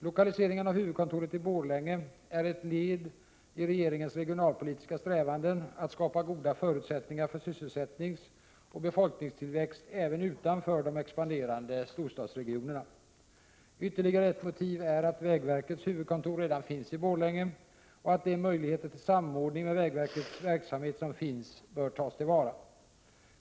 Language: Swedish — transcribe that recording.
Lokaliseringen av huvudkontoret i Borlänge är ett led i regeringens regionalpolitiska strävanden att skapa goda förutsättningar för sysselsättningsoch befolkningstillväxt även utanför de expanderande storstadsregionerna. Ytterligare ett motiv är att vägverkets huvudkontor redan finns i Borlänge och att de möjligheter till samordning med vägverkets verksamhet som finns bör tas till vara.